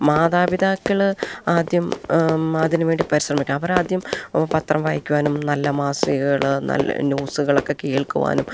മാതാപിതാക്കൾ ആദ്യം അതിനു വേണ്ടി പരിശ്രമിക്കുക അവരാദ്യം പത്രം വായിക്കുവാനും നല്ല മാസികകള്ള് നല്ല ന്യൂസുകളൊക്കെ കേൾക്കുവാനും